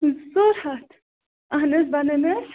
زٕ ژور ہَتھ اَہَن حظ بنَن حظ